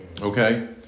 Okay